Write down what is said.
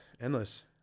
Endless